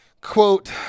Quote